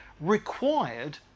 required